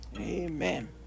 Amen